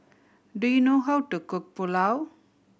do you know how to cook Pulao